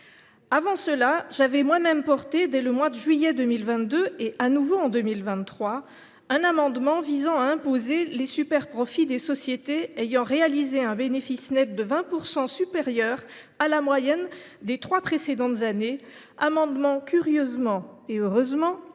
Avant cela, j’avais moi même porté, dès le mois de juillet 2022 et de nouveau en 2023, un amendement visant à imposer les superprofits des sociétés ayant réalisé un bénéfice net de 20 % supérieur à la moyenne des trois précédentes années, amendement curieusement – et heureusement – revenu